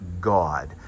God